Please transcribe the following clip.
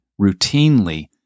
routinely